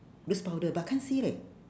loose powder but can't see leh